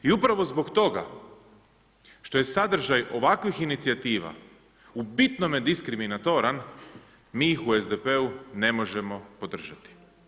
I upravo zbog toga što je sadržaj ovakvih inicijativa u bitnome diskriminatoran mi ih u SDP-u ne možemo podržati.